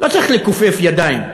לא צריך לכופף ידיים.